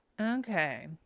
Okay